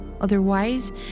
Otherwise